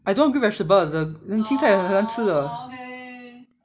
I don't green vegetable the 青菜很难吃的